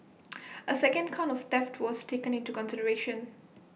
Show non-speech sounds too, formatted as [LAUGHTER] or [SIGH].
[NOISE] A second count of theft was taken into consideration